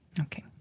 Okay